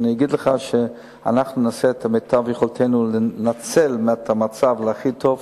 להגיד לך שאנחנו נעשה כמיטב יכולתנו לנצל את המצב להכי טוב?